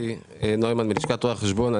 לשכת רואי חשבון.